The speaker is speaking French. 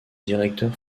directeur